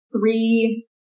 three